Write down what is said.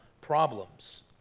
problems